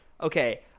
okay